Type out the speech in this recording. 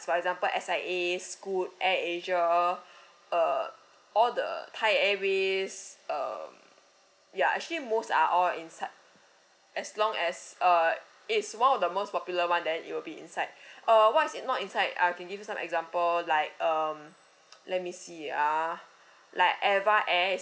for example S_I_A scoot air asia uh all the thai airways um ya actually most are all inside as long as uh it's one of the most popular one then it'll be inside a what's not inside I can give you some example like um let me see ah like eva air